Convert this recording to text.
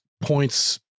points